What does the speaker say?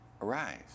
arise